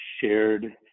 shared